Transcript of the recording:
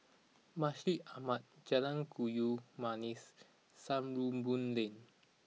Masjid Ahmad Jalan Kayu Manis Sarimbun Lane